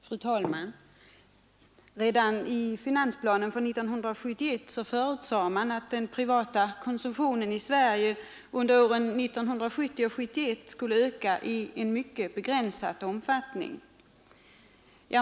Fru talman! Redan i finansplanen för 1971 förutsade man att den privata konsumtionen i Sverige under åren 1970 och 1971 skulle öka i mycket begränsad omfattning.